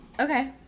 Okay